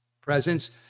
presence